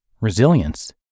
resilience